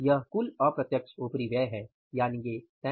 यह कुल अप्रत्यक्ष उपरिव्यय है यानि ये 3300000